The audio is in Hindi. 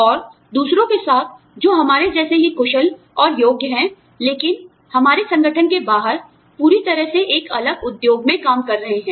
और दूसरों के साथ जो हमारे जैसे ही कुशल और योग्य हैं लेकिन हमारे संगठन के बाहर पूरी तरह से एक अलग उद्योग में काम कर रहे हैं